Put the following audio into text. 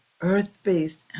earth-based